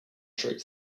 treat